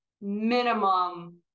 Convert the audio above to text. minimum